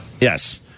Yes